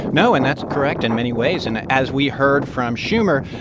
no, and that's correct in many ways. and as we heard from schumer,